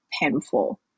painful